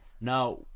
Now